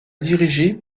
dirigé